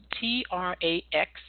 T-R-A-X